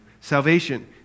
salvation